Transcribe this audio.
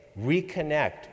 reconnect